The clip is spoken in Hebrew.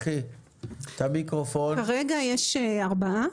כרגע יש ארבעה,